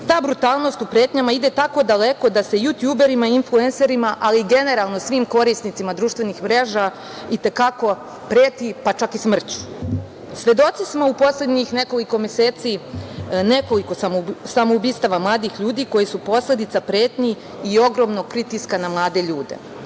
brutalnost u pretnjama ide tako daleko da se jutjuberima i influenserima, ali generalno i svim korisnicima društvenih mreža i te kako preti, pa čak i smrću. Svedoci smo u poslednjih nekoliko meseci nekoliko samoubistava mladih ljudi koji su posledica pretnji i ogromnog pritiska na mlade ljude. Moje